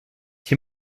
hier